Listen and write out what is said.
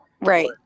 Right